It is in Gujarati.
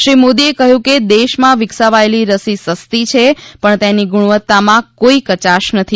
શ્રી મોદીએ કહ્યું કે દેશમાં વિકસાવાયેલી રસી સસ્તી છે પણ તેની ગુણવત્તામાં કોઇ કચાશ નથી